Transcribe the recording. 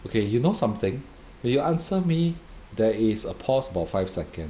okay you know something when you answer me there is a pause for five second